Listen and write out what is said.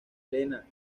lena